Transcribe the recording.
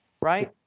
Right